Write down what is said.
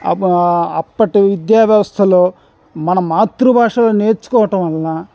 అప్పటి విద్యా వ్యవస్థలో మన మాతృభాషను నేర్చుకోవటం వల్లా